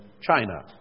China